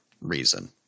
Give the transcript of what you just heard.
reason